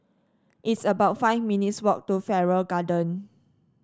it's about five minutes' walk to Farrer Garden